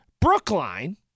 Brookline